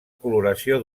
coloració